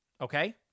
Okay